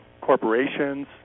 corporations